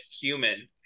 human